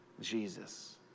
Jesus